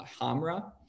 Hamra